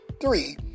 Three